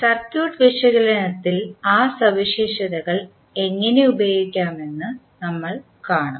circuit വിശകലനത്തിൽ ആ സവിശേഷതകൾ എങ്ങനെ ഉപയോഗിക്കാമെന്ന് നമ്മൾ കാണും